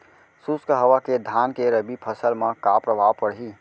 शुष्क हवा के धान के रबि फसल मा का प्रभाव पड़ही?